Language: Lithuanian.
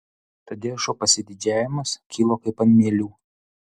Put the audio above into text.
tadeušo pasididžiavimas kilo kaip ant mielių